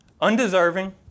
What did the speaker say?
Undeserving